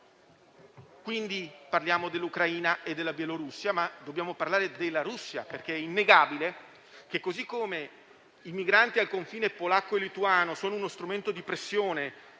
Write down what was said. di noi. Parliamo dell'Ucraina e della Bielorussia, ma dobbiamo parlare della Russia, perché è innegabile che, così come i migranti al confine polacco-lituano sono uno strumento di pressione